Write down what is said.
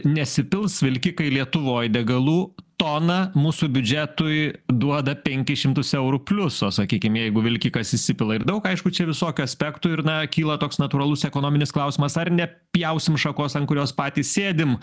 nesipils vilkikai lietuvoj degalų toną mūsų biudžetui duoda penkis šimtus eurų pliuso sakykim jeigu vilkikas įsipila ir daug aišku čia visokių aspektų ir na kyla toks natūralus ekonominis klausimas ar nepjausim šakos ant kurios patys sėdim